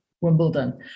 Wimbledon